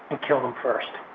and kill them first.